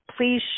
please